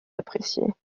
appréciées